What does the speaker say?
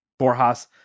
Borjas